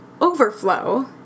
overflow